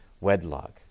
wedlock